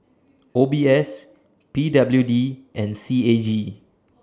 O B S P W D and C A G